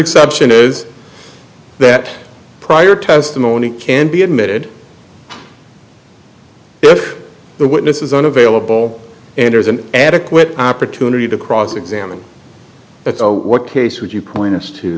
exception is that prior testimony can be admitted if the witness is unavailable and has an adequate opportunity to cross examine that's what case would you point us to